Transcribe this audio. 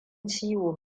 ciwo